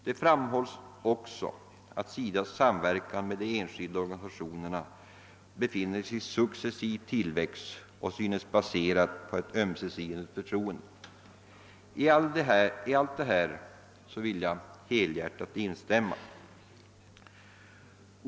Utskottet betonar att SIDA:s samverkan med de enskilda organisationerna befinner sig i successiv tillväxt och synes baserad på ett ömsesidigt förtroende. I allt detta vill jag helhjärtat instämma.